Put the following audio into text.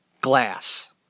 Glass